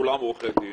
כולם עורכי דין,